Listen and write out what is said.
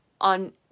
on